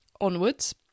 onwards